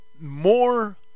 more